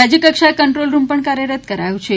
રાજય કક્ષાએ control room પણ કાર્યરત કરાયો છે